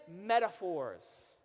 metaphors